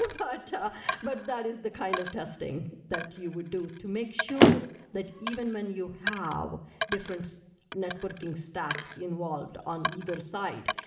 um ah but that is the kind of testing that you would do to make sure that even when you have different networking stacks involved on either side,